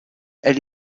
elle